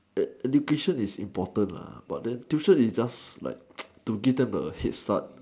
ed~ education is important lah but then tuition is just like to give them a head start